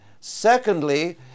Secondly